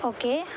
okay